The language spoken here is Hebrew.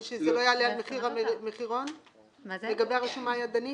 שזה לא יעלה על המחירון של המשרד היום.